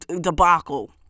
debacle